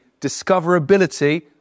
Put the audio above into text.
discoverability